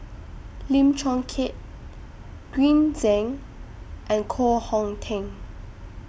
Lim Chong Keat Green Zeng and Koh Hong Teng